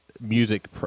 music